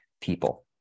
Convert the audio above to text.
people